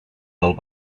del